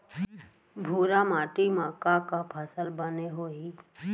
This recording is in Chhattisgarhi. भूरा माटी मा का का फसल बने होही?